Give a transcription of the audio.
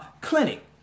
clinic